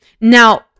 Now